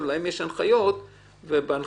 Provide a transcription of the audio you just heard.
אם,